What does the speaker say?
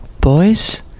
boys